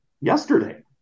yesterday